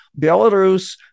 Belarus